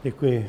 Děkuji.